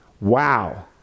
Wow